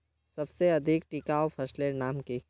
सबसे अधिक टिकाऊ फसलेर नाम की?